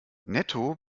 netto